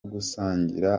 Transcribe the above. gusangira